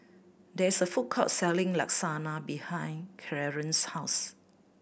there is a food court selling Lasagna behind Clearence's house